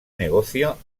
negocio